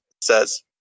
says